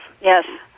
Yes